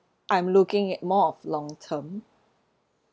I'm looking at more of long term